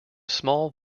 small